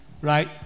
Right